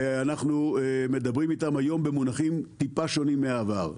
ואנחנו מדברים איתם היום במונחים טיפה שונים מהעבר.